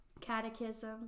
catechism